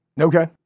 Okay